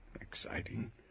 exciting